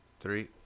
Three